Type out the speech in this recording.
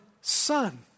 son